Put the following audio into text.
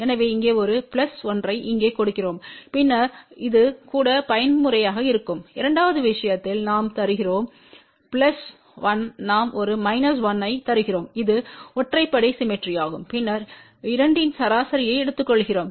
எனவே இங்கே ஒரு பிளஸ் 1 ஐ இங்கே கொடுக்கிறோம் பின்னர் இது கூட பயன்முறையாக இருக்கும் இரண்டாவது விஷயத்தில் நாம் தருகிறோம் பிளஸ் 1 நாம் ஒரு மைனஸ் 1 ஐ தருகிறோம் இது ஒற்றைப்படை சிம்மெட்ரி ஆகும் பின்னர் 2 இன் சராசரியை எடுத்துக்கொள்கிறோம்